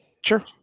Sure